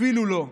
אפילו לא.